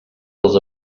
els